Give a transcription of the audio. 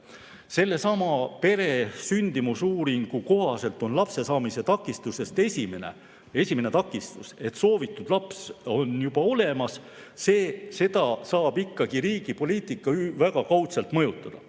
Sellesama pere‑ ja sündimusuuringu kohaselt on lapse saamise takistustest esimene see, et soovitud laps on juba olemas. Seda saab riigi poliitika väga kaudselt mõjutada.